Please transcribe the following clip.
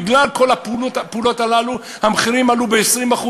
בגלל כל הפעולות הללו המחירים עלו ב-20%,